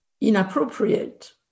inappropriate